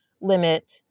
limit